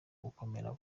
gukomeza